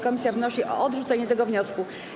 Komisja wnosi o odrzucenie tego wniosku.